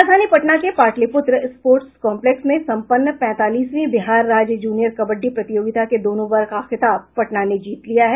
राजधानी पटना के Pataliputra sports complex में सम्पन्न पैंतालीसवीं बिहार राज्य जूनियर कबड्डी प्रतियोगिता के दोनों वर्ग का खिताब पटना ने जीत लिया है